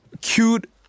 cute